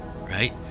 right